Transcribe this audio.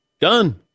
done